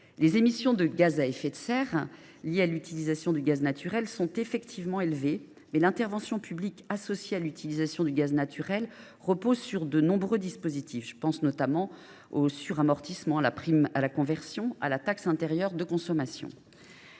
Les émissions de gaz à effet de serre liées à l’utilisation du gaz naturel sont bel et bien élevées, mais l’intervention publique en la matière repose sur de nombreux dispositifs ; je pense notamment au suramortissement, à la prime à la conversion et à la taxe intérieure de consommation.